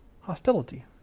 hostility